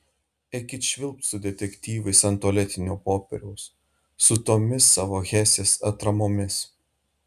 eikit švilpt su detektyvais ant tualetinio popieriaus su tomis savo hesės atramomis